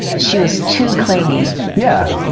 she was too clingy? yeah,